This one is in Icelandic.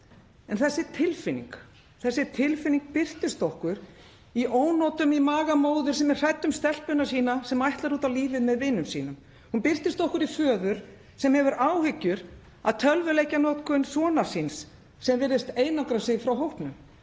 og þurfa huggunar við. Þessi tilfinning birtist okkur í ónotum í maga móður, sem er hrædd um stelpuna sína sem ætlar út á lífið með vinum sínum. Hún birtist okkur í föður sem hefur áhyggjur af tölvuleikjanotkun sonar síns sem virðist einangra sig frá hópnum.